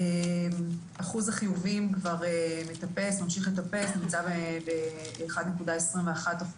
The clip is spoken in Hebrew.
אחוז החיוביים ממשיך לטפס ונמצא ב-1.21%.